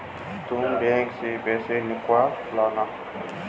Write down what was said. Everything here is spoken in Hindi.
तुम बैंक से पैसे निकलवा लाना